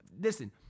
Listen